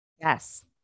Yes